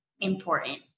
important